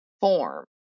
form